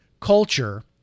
culture